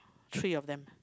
three of them